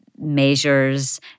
measures